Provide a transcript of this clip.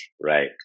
Right